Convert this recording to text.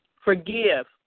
Forgive